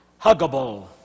Huggable